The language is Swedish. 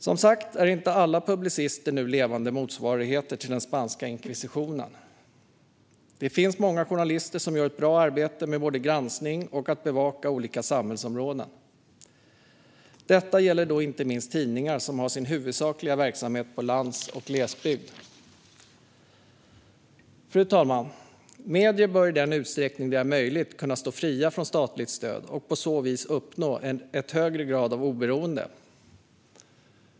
Som sagt är inte alla publicister nu levande motsvarigheter till den spanska inkvisitionen. Det finns många journalister som gör ett bra arbete med både granskning och att bevaka olika samhällsområden. Detta gäller inte minst tidningar som har sin huvudsakliga verksamhet i lands och glesbygd. Fru talman! Medier bör i den utsträckning det är möjligt stå fria från statligt stöd och på så vis uppnå en högre grad av oberoende.